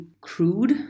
crude